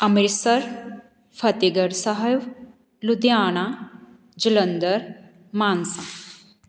Amritsar Fatehgarh Sahib Ludhiana Jalandhar Mansa